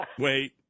Wait